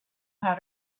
how